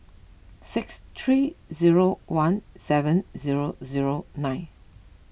six three zero one seven zero zero nine